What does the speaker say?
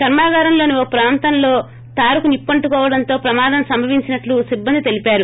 కర్మాగారంలోని ఓ ప్రాంతంలో తారుకు నీప్పంటుకోవడంతోనే ప్రమాదం సంభవించినట్లు సిబ్బంది తెలీపారు